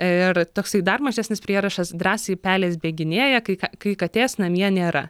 ir toksai dar mažesnis prierašas drąsiai pelės bėginėja kai k kai katės namie nėra